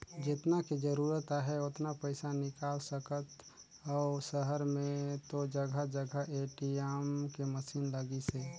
जेतना के जरूरत आहे ओतना पइसा निकाल सकथ अउ सहर में तो जघा जघा ए.टी.एम के मसीन लगिसे